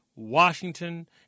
Washington